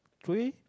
three